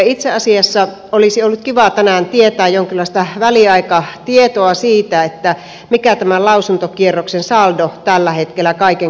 itse asiassa olisi ollut kiva tänään tietää jonkinlaista väliaikatietoa siitä mikä tämän lausuntokierroksen saldo tällä hetkellä kaiken kaikkiaan on